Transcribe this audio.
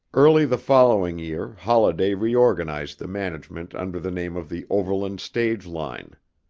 early the following year holladay reorganized the management under the name of the overland stage line.